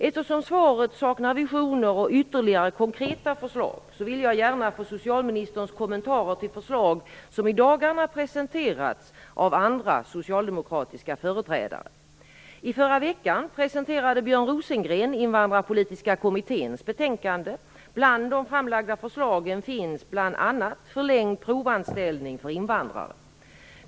Eftersom svaret saknar visioner och ytterligare konkreta förslag vill jag gärna få socialministerns kommentarer till förslag som i dagarna presenterats av andra socialdemokratiska företrädare. I förra veckan presenterade Björn Rosengren Invandrarpolitiska kommitténs betänkande. Bland de framlagda förslagen finns bl.a. förlängd provanställning för invandrare.